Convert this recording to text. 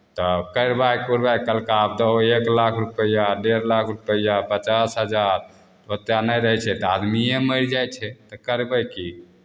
तऽ कारवाइ कुरवाइ केलका आब दहौ एक लाख रुपैआ डेढ़ लाख रुपैआ पचास हजार ओतेक नहि रहै छै तऽ आदमिए मरि जाइ छै तऽ करबै की